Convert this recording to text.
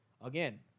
again